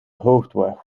hoofdweg